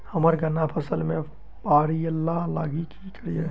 हम्मर गन्ना फसल मे पायरिल्ला लागि की करियै?